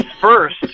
first